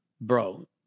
bro